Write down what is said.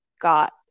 got